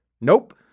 Nope